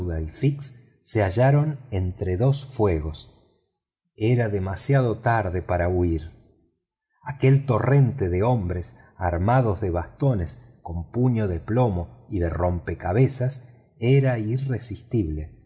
se hallaron entre dos fuegos era demasiado tarde para huir aquel torrente de hombres armados de bastones con puño de plomo y de rompe cabezas era irresistible